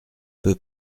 peux